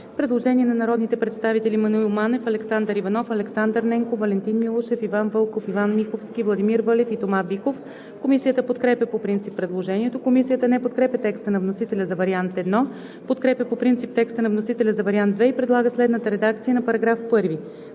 Предложение на народните представители Маноил Манев, Александър Иванов. Александър Ненков, Валентин Милушев, Иван Вълков, Иван Миховски, Владимир Вълев и Тома Биков. Комисията подкрепя по принцип предложението. Комисията не подкрепя текста на вносителя за вариант І, подкрепя по принцип текста на вносителя за вариант ІІ и предлага следната редакция на § 1: „§ 1.